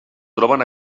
troben